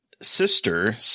sister